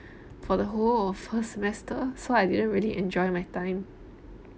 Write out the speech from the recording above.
for the whole of first semester so I didn't really enjoy my time